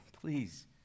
please